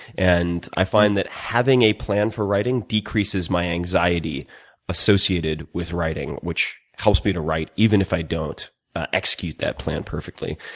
and i find that having a plan for writing decreases my anxiety associated with writing, which helps me to write even if i don't execute that plan perfectly.